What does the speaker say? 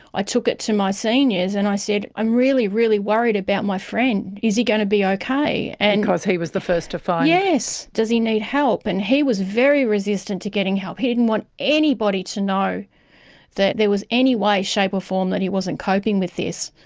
i took it to my seniors and i said, i'm really, really worried about my friend, is he going to be okay? and. because he was the first to find. yes. does he need help? and he was very resistant to getting help, he didn't want anybody to know that there was any way, shape or form that he wasn't coping with this.